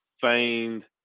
feigned